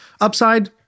Upside